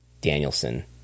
Danielson